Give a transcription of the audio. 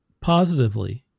positively